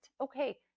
Okay